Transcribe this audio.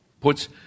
puts